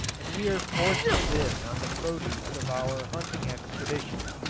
and we are forced to live on the produce of our hunting expeditions.